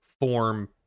form